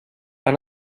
han